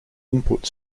input